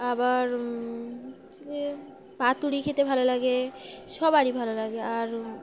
আবার পাতুড়ি খেতে ভালো লাগে সবারই ভালো লাগে আর